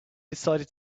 decided